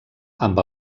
amb